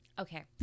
Okay